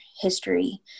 history